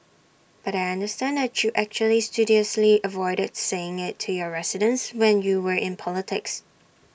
but I understand that you actually studiously avoided saying IT to your residents when you were in politics